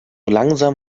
langsam